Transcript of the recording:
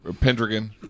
Pendragon